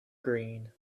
green